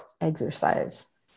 exercise